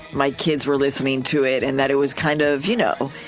my kids were listening to it and that it was kind of you know,